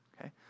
okay